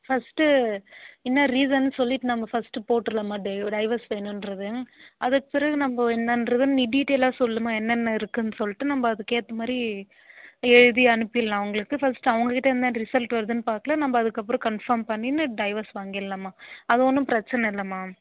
first என்ன ரீசன்னு சொல்லிட்டு நம்ம ஃபஸ்ட்டு போட்டுருலாம்மா டை டைவர்ஸ் வேணும்றது அதுக்குப் பிறகு நம்ம என்னென்றது நீ டீட்டெயிலாக சொல்லும்மா என்னென்ன இருக்குதுன்னு சொல்லிட்டு நம்ம அதுக்கேற்ற மாதிரி எழுதி அனுப்பிடலாம் அவங்களுக்கு ஃபஸ்ட் அவங்ககிட்ட என்ன ரிசல்ட் வருதுன்னு பார்க்கலாம் நம்ம அதுக்கப்புறம் கன்ஃபார்ம் பண்ணிட்டு டைவர்ஸ் வாங்கிடலாம்மா அது ஒன்றும் பிரச்சின இல்லைம்மா